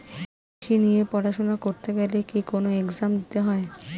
কৃষি নিয়ে পড়াশোনা করতে গেলে কি কোন এগজাম দিতে হয়?